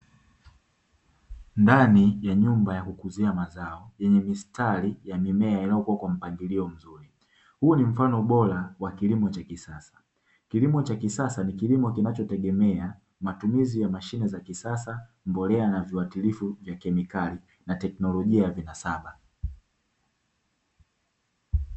Ndani ya nyumba ya kukuzia mazao yenye mistari ya mimea iliyokua kwa mpangilio mzuri huu ni mfano bora wa kilimo cha kisasa, kilimo cha kisasa ni kilimo kinachotegemea matumizi ya mashine za kisasa, mbolea na viwatilifu vya kemikali na teknolojia ya vinasaba.